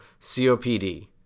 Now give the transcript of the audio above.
COPD